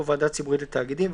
או ועדה ציבורית לתאגידים,".